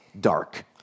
dark